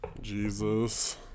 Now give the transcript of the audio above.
Jesus